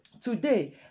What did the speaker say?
Today